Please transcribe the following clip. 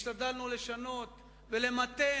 השתדלנו לשנות, ולמתן.